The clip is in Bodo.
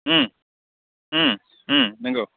नंगौ